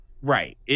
Right